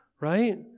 right